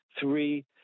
three